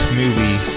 movie